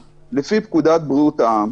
וכן עובדי רווחה העובדים...